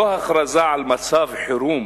לא הכרזה על מצב חירום